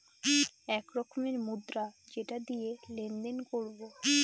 এক রকমের মুদ্রা যেটা দিয়ে লেনদেন করবো